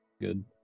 Good